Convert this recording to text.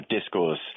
discourse